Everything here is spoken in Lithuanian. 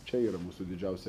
čia yra mūsų didžiausia